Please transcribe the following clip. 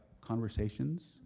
conversations